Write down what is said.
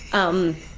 um.